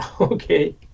okay